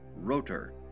rotor